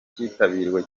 kitabiriwe